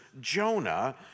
Jonah